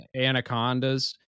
anacondas